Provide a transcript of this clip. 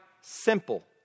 simple